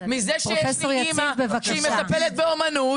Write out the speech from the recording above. מזה שיש לי אמא שהיא מטפלת באומנות.